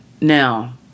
Now